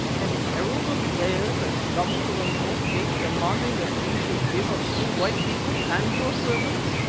a herald of theirs has come to the north gate demanding that we should give up you white people and your servants,